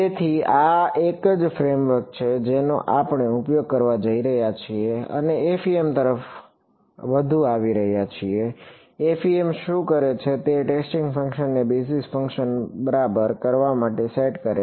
તેથી આ એ જ ફ્રેમવર્ક છે જેનો આપણે ઉપયોગ કરવા જઈ રહ્યા છીએ અને FEM તરફ વધુ આવી રહ્યા છીએ FEM શું કરે છે તે ટેસ્ટિંગ ફંક્શનને બેઝિસ ફંક્શન બરાબર કરવા માટે સેટ કરે છે